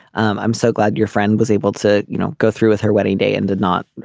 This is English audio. um i'm so glad your friend was able to you know go through with her wedding day and did not